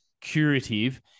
curative